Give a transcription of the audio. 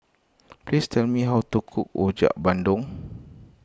please tell me how to cook Rojak Bandung